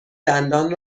دندان